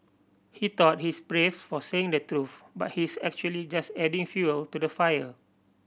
he thought he's brave for saying the truth but he's actually just adding fuel to the fire